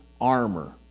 armor